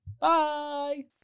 Bye